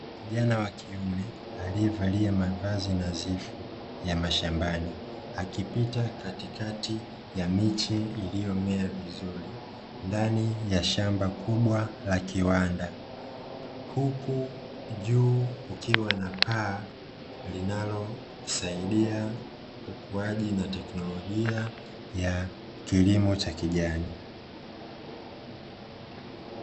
Kijana wa kiume, alyevalia mavazi nadhifu ya mashambani, akipita katikati ya miche iliyomea vizuri ndani ya shamba kubwa la kiwanda. Huku juu, kukiwa na paa linalosaidia ukuaji na teknolojia ya kilimo cha kijani.